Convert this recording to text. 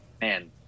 man